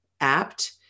apt